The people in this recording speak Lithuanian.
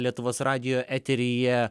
lietuvos radijo eteryje